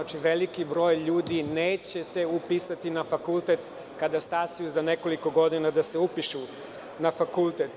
Znači, veliki broj ljudi neće se upisati na fakultet kada stasaju za nekoliko godina da se upišu na fakultet.